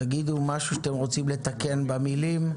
תגידו משהו שאתם רוצים לתקן במילים.